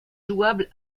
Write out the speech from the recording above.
jouable